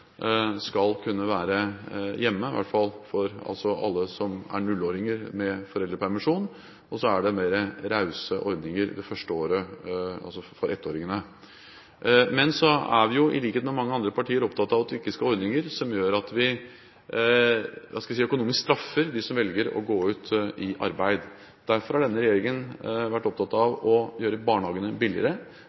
skal kunne være hjemme, i hvert fall nullåringer med foreldre med foreldrepermisjon. Så er det mer rause ordninger det første året – altså for ettåringene. Men så er vi jo, i likhet med mange andre partier, opptatt av at vi ikke skal ha ordinger som gjør at vi – hva skal jeg si – økonomisk straffer dem som velger å gå ut i arbeid. Derfor har denne regjeringen vært opptatt av å gjøre barnehagene billigere.